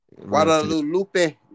Guadalupe